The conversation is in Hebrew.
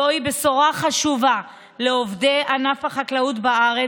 זוהי בשורה חשובה לעובדי ענף החקלאות בארץ.